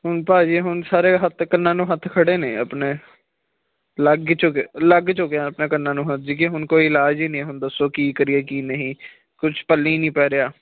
ਹੁਣ ਭਾਅ ਜੀ ਹੁਣ ਸਾਰੇ ਹੱਥ ਕੰਨਾਂ ਨੂੰ ਹੱਥ ਖੜੇ ਨੇ ਆਪਣੇ ਲੱਗ ਚੁੱਕੇ ਲੱਗ ਚੁੱਕੇ ਆ ਆਪਣੇ ਕੰਨਾਂ ਨੂੰ ਹੱਥ ਜੀ ਕੀ ਹੁਣ ਕੋਈ ਇਲਾਜ ਹੀ ਨਹੀਂ ਹੁਣ ਦੱਸੋ ਕੀ ਕਰੀਏ ਕੀ ਨਹੀਂ ਕੁਛ ਪੱਲੇ ਹੀ ਨਹੀਂ ਪੈ ਰਿਹਾ